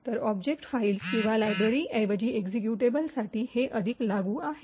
तर object files किंवा library ऐवजी एक्जीक्यूटेबलसाठी हे अधिक लागू आहे